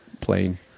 plane